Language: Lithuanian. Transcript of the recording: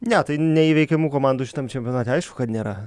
ne tai neįveikiamų komandų šitam čempionate aišku kad nėra